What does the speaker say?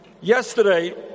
Yesterday